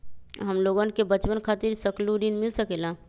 हमलोगन के बचवन खातीर सकलू ऋण मिल सकेला?